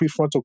prefrontal